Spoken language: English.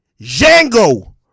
Django